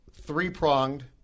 Three-pronged